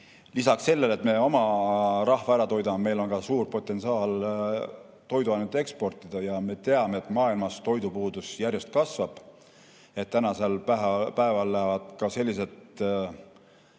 lisaks sellele, et me oma rahva ära toidame, on meil ka suur potentsiaal toiduaineid eksportida. Me teame, et maailmas toidupuudus järjest kasvab. Tänasel päeval lähevad ka sellised